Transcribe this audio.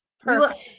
perfect